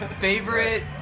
Favorite